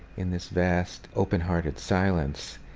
in this vast open-hearted silence.